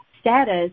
status